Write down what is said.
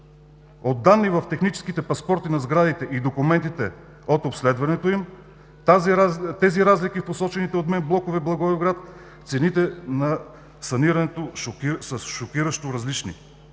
От данни в техническите паспорти на сградите и документите от обследването им, тези разлики в посочените от мен блокове в Благоевград цените на санирането са шокиращо различни.